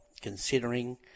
considering